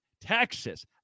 Texas